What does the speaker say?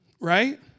Right